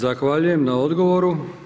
Zahvaljujem na odgovoru.